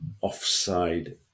offside